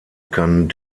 kann